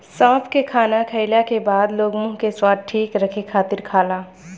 सौंफ के खाना खाईला के बाद लोग मुंह के स्वाद ठीक रखे खातिर खाला